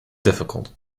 difficult